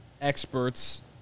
experts